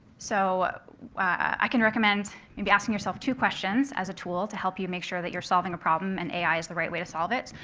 so i can recommend maybe asking yourself two questions as a tool to help you make sure that you're solving a problem, and ai is the right way to solve it.